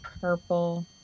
purple